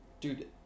dude